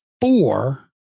four